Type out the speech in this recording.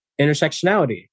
intersectionality